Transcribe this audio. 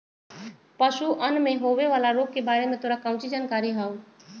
पशुअन में होवे वाला रोग के बारे में तोरा काउची जानकारी हाउ?